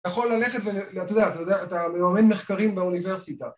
אתה יכול ללכת ו... ואתה יודע, אתה מממן מחקרים באוניברסיטה